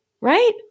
Right